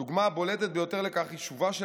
הדוגמה הבולטת ביותר לכך היא שובה של